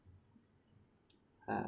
uh